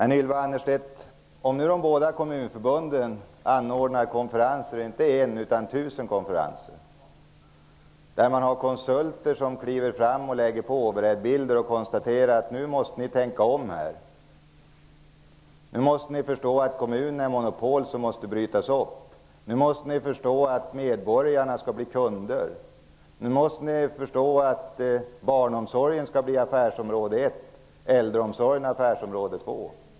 Nu anordnar de båda kommunförbunden konferenser, Ylva Annerstedt -- och inte en konferens, utan tusen konferenser -- där man har konsulter som kliver fram och lägger på over-headbilder och konstaterar: Nu måste ni tänka om här. Ni måste förstå att kommuner är monopol som måste brytas upp. Ni måste förstå att medborgarna skall bli kunder. Ni måste förstå att barnomsorgen skall bli affärsområde 1 och äldreomsorgen affärsområde 2.